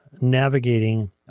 navigating